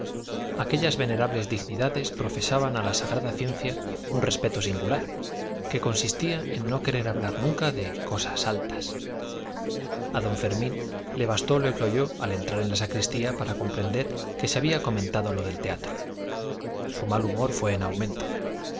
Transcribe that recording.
aquellas venerables dignidades profesaban a la sagrada ciencia un respeto singular que consistía en no querer hablar nunca de cosas altas a don fermín le bastó lo que oyó al entrar en la sacristía para comprender que se había comentado lo del teatro su mal humor fue en aumento